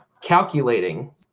calculating